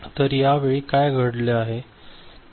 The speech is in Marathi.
तर या वेळी काय घडले आहे